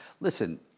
Listen